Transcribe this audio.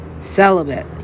Celibate